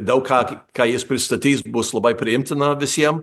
daug ką ką jis pristatys bus labai priimtina visiem